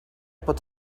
pot